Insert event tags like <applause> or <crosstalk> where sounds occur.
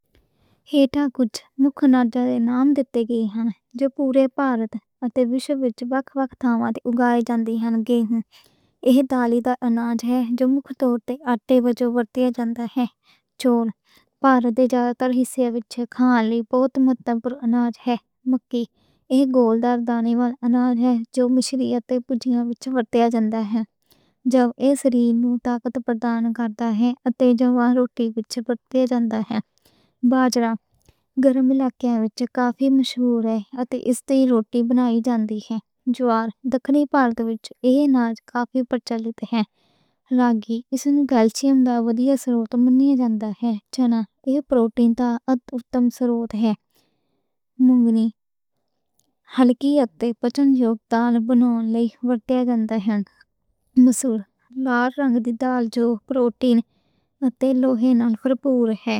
ہِتے کجھ مکھ اناج دے ناں دتے گئے ہن۔ جو پورے بھارت اتے وِشو وچ وکھ وکھ تھاں تے اگائی جاندی ہے۔ یہ دانہ دار اناج ہے جو مکھ طور تے آٹے وجوں ورتیا جاندا ہے۔ بھارت دے زیادہ تر حصے وچ کھان لئی مکھ اناج ہے۔ مکئی یہ گول دانے والا اناج ہے۔ جو مشری اتے پجیاں وچ ورتیا جاندا ہے۔ جو یہ سرِیر نوں مکھ طاقت پردان کر دا ہے۔ اتے جدوں اوہ روٹی وچ ورتیا جاندا ہے۔ باجرا گرم علاقیاں وچ کافی مشہور ہے۔ اتے اس تے ہی روٹی بنائی جاندی ہے۔ جوار دکنی بھارت وچ یہ اناج کافی پرچلت ہے۔ راگی نوں کیلشیم دا ودھیا سرورت منیا جاندا ہے۔ چنا یہ پروٹین دا اک اتّم سرورت ہے۔ مونگ دی <hesitation> ہلکی اتے پچّن جوگ دال بنان لئی ودھیا <unintelligible> جاندی ہے۔ مسور لال رنگ دی دال ہے جو پروٹین اتے لوہے نال بھرپور ہے۔